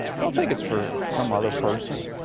don't think it's for some other person.